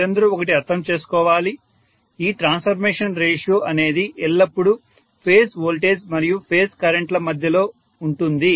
మీరందరూ ఒకటి అర్థం చేసుకోవాలి ఈ ట్రాన్స్ఫర్మేషన్ రేషియో అనేది ఎల్లప్పుడూ ఫేజ్ వోల్టేజ్ మరియు ఫేజ్ కరెంట్ ల మధ్యలో ఉంటుంది